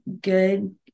good